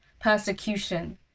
persecution